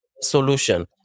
solution